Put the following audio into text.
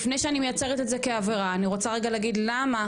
לפני שאני מייצרת את זה כעבירה אני רוצה רגע להגיד למה,